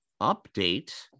update